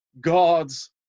God's